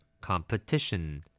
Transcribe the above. competition